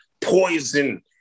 Poison